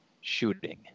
shooting